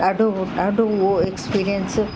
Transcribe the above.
ॾाढो उहो ॾाढो हो एक्सपीरियंस